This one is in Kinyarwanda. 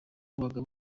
bagabo